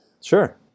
Sure